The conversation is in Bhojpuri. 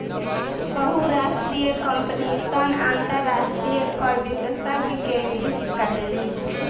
बहुराष्ट्रीय कंपनी सन अंतरराष्ट्रीय कर विशेषज्ञ के नियुक्त करेली